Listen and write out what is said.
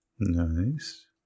Nice